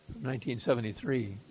1973